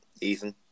Ethan